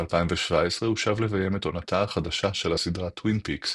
ב-2017 הוא שב לביים את עונתה החדשה של הסדרה "טווין פיקס",